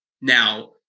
Now